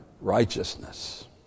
righteousness